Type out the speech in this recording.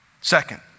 Second